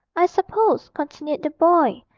i suppose continued the boy,